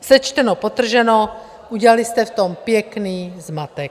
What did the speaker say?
Sečteno, podtrženo, udělali jste v tom pěkný zmatek.